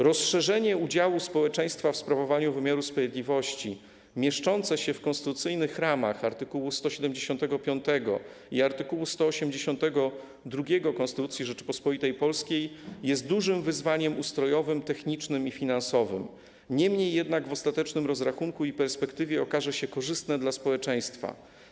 Rozszerzenie udziału społeczeństwa w sprawowaniu wymiaru sprawiedliwości mieszczące się w konstytucyjnych ramach art. 175 i art. 182 Konstytucji Rzeczypospolitej Polskiej jest dużym wyzwaniem ustrojowym, technicznym i finansowym, niemniej w ostatecznym rozrachunku i perspektywie okaże się korzystne dla społeczeństwa.